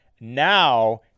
Now